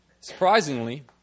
surprisingly